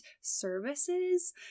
services